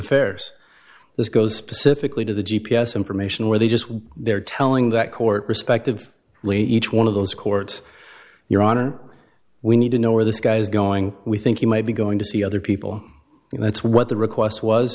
affairs this goes specifically to the g p s information where they just they're telling that court respective lee each one of those courts your honor we need to know where this guy's going we think you might be going to see other people and that's what the request was